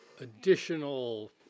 additional